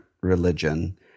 religion